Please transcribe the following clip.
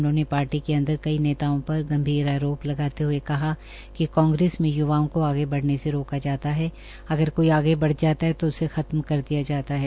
उन्होंने पार्टी के अंदर कई नेताओं पर गंभीर आरोप लगाते हये कहा कि कांग्रेस में य्वाओं को आगे बढ़ने से रोक जाता है अगर कोई आगे बढ़ जाता है तो उसे खत्म कर दिया जाता है